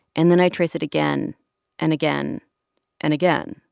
and then i trace it again and again and again.